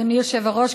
אדוני היושב-ראש,